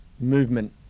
movement